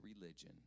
religion